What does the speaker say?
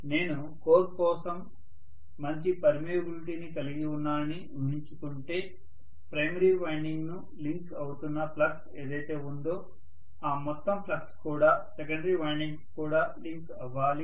నేను కోర్ కోసం మంచి పర్మియబిలిటీ ని కలిగి ఉన్నానని ఊహించుకుంటే ప్రైమరీ వైండింగ్ను లింక్ అవుతున్న ఫ్లక్స్ ఏదైతే ఉందో ఆ మొత్తం ఫ్లక్స్ కూడా సెకండరీ వైన్డింగ్ కు కూడా లింక్ అవ్వాలి